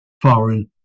foreign